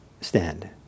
stand